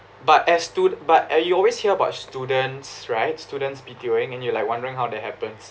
but as stud~ but uh you always hear about students right students B_T_Oing and you like wondering how that happens